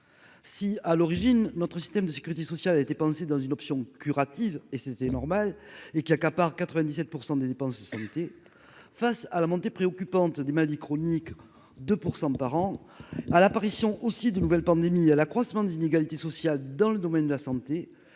si à l'origine, notre système de sécurité sociale a été pensée dans une option curative et c'était normal et qui accapare 97 % des dépenses santé face à la montée préoccupante du Mali chronique de pour 100 par an à l'apparition aussi d'une nouvelle pandémie à l'accroissement des inégalités sociales dans le domaine de la santé,